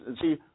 see